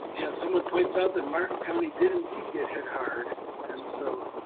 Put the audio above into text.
yeah someone points out that martin county did indeed get hit hard, and so